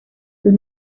sus